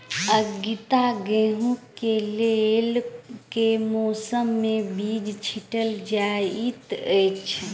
आगिता गेंहूँ कऽ लेल केँ मौसम मे बीज छिटल जाइत अछि?